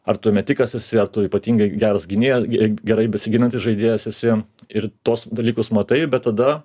ar tu metikas esi ar tu ypatingai geras gynėjas gi gerai besiginantis žaidėjas esi ir tuos dalykus matai bet tada